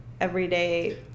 everyday